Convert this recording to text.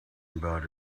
about